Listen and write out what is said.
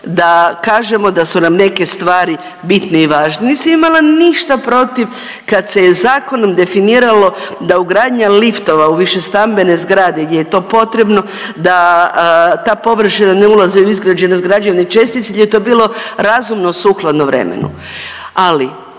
da kažemo da su nam neke stvari bitne i važne, nisam imala ništa protiv kad se je zakonom definiralo da ugradnja liftova u višestambene zgrade gdje je to potrebno da ta površina ne ulazi u izgrađenost građevne čestice gdje je to bilo razumno sukladno vremenu. Ali